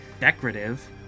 decorative